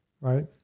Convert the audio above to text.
Right